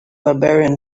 barbarian